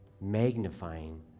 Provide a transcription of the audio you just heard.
magnifying